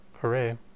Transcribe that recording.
hooray